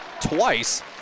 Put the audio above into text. twice